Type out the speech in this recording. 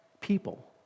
people